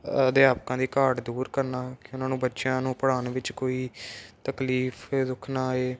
ਅਧਿਆਪਕਾਂ ਦੀ ਘਾਟ ਦੂਰ ਕਰਨਾ ਕਿ ਉਹਨਾਂ ਨੂੰ ਬੱਚਿਆਂ ਨੂੰ ਪੜਾਉਣ ਵਿੱਚ ਕੋਈ ਤਕਲੀਫ ਜਾਂ ਦੁੱਖ ਨਾ ਆਏ